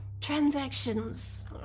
transactions